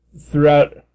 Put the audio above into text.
throughout